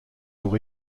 pour